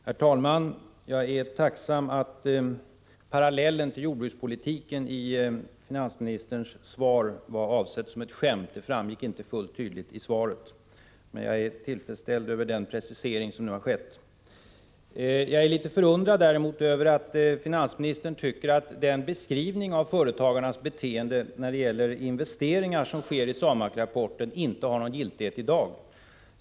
Herr talman! Jag är tacksam över att parallellen till jordbrukspolitiken i finansministerns svar var avsedd som ett skämt — det framgick inte helt tydligt av svaret. Jag är till freds med den precisering som nu har skett. Jag är däremot litet förundrad över att finansministern tycker att den beskrivning av företagarnas beteende när det gäller investeringar som görs i SAMAK-rapporten inte har någon giltighet i dag.